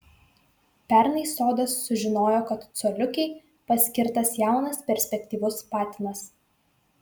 pernai sodas sužinojo kad coliukei paskirtas jaunas perspektyvus patinas